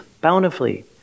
bountifully